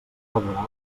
laboral